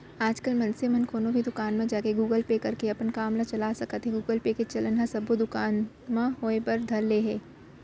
आजकल मनसे मन कोनो भी दुकान म जाके गुगल पे करके अपन काम ल चला सकत हें गुगल पे के चलन ह सब्बो दुकान म होय बर धर ले हे